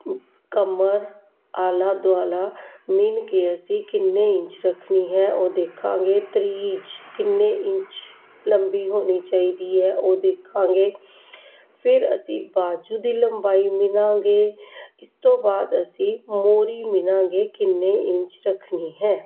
ਕਮਰ ਆਲਾ ਦੁਆਲਾ ਮਿਣ ਕੇ ਅਸੀਂ ਕਿੰਨੇ ਇੰਚ ਰੱਖਣੀ ਹੈ ਉਹ ਦੇਖਾਂਗੇ ਤਰੀਜ ਕਿੰਨੇ ਇੰਚ ਲੰਬੀ ਹੋਣੀ ਚਾਹੀਦੀ ਹੈ ਉਹ ਦੇਖਾਂਗੇ ਫਿਰ ਅਸੀਂ ਬਾਜੂ ਦੀ ਲੰਬਾਈ ਮਿਨਾਂਗੇ ਇਸ ਤੋਂ ਬਾਅਦ ਅਸੀਂ ਮੋਰੀ ਮਿਨਾਂਗੇ ਕਿੰਨੇ ਇੰਚ ਰੱਖਣੀ ਹੈ